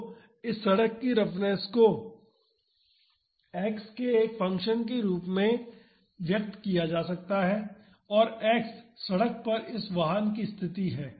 तो इस सड़क की रफनेस को X के फंक्शन के रूप में व्यक्त किया जा सकता है और X सड़क पर इस वाहन की स्थिति है